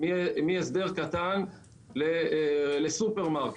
מהסדר קטן לסופרמרקט.